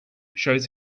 shows